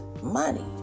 money